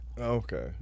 Okay